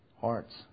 hearts